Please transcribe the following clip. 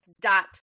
dot